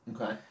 Okay